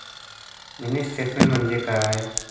Mini statement म्हणजे काय?